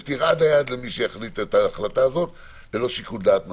ותרעד היד למי שיחליט את ההחלטה הזאת ללא שיקול דעת מספיק.